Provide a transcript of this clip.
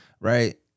right